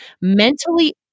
mentally